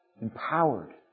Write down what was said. empowered